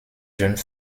jeunes